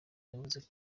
yavuze